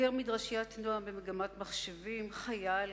בוגר מדרשיית "נועם" במגמת מחשבים, חייל